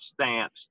stance